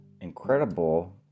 incredible